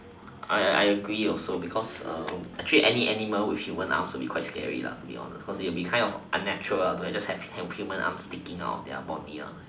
I I I agree also because actually any animal with human arm will be quite scary to be honest because it'll be kind of unnatural just have human arm sticking out of their body